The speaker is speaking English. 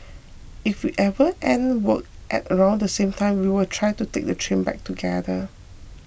if we ever end work at around the same time we will try to take the train back together